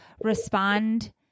respond